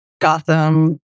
Gotham